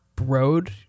road